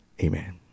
amen